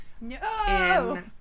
no